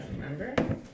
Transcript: remember